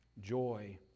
joy